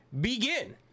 begin